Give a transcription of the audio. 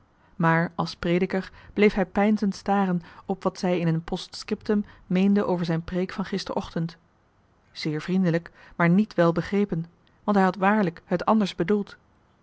maar als prediker bleef hij peinzend staren op wat zij in een post-scriptum meende van zijn preek van gisterenochtend zeer vriendelijk maar niet wel begrepen want hij had waarlijk het anders bedoeld